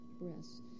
Breasts